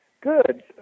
Good